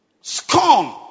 Scorn